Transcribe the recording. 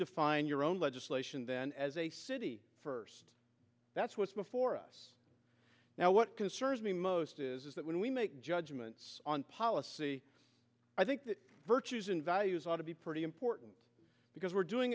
define your own legislation then as a city first that's what's before us now what concerns me most is that when we make judgments on policy i think that virtues and values ought to be pretty important because we're doing